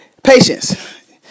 Patience